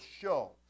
show